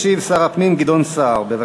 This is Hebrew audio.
ישיב שר הפנים גדעון סער, בבקשה.